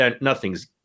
Nothing's